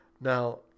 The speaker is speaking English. Now